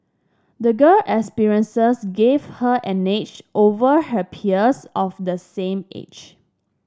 the girl experiences gave her an edge over her peers of the same age